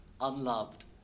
unloved